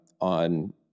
on